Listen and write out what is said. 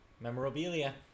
Memorabilia